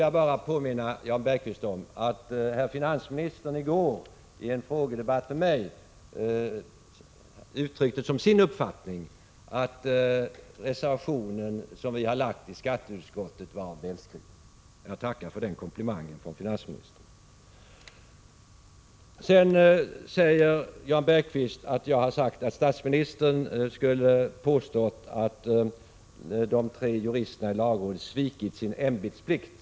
Jag vill påminna Jan Bergqvist om att herr finansministern i går i en frågedebatt med mig uttryckte som sin uppfattning att den reservation som vi har avgivit i skatteutskottet är välskriven. Jag tackar för den komplimangen från finansministern. Dessutom menade Jan Bergqvist att jag har sagt att statsministern skulle ha påstått att de tre juristerna i lagrådet svikit sin ämbetsplikt.